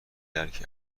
درک